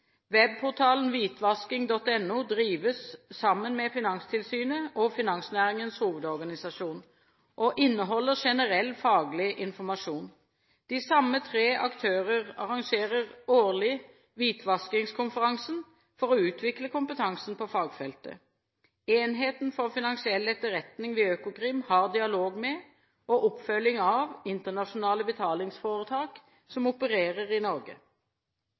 Webportalen hvitvasking.no drives sammen med Finanstilsynet og Finansnæringens Hovedorganisasjon og inneholder generell faglig informasjon. De samme tre aktører arrangerer årlig Hvitvaskingskonferansen for å utvikle kompetansen på fagfeltet. Enheten for finansiell etterretning ved Økokrim har dialog med og oppfølging av internasjonale betalingsforetak som opererer i Norge.